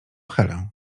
helę